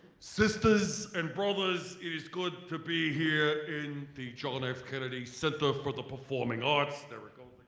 sisters and brothers it is good to be here in the john f kennedy center for the performing arts.